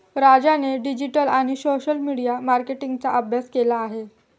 राजाने डिजिटल आणि social media मार्केटिंगचा अभ्यास केला आहे